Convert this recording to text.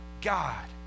God